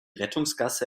rettungsgasse